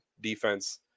defense